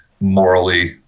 morally